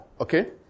okay